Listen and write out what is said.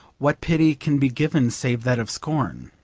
what pity can be given save that of scorn?